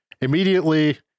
immediately